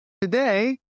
today